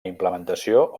implementació